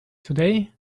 today